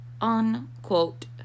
unquote